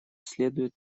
следует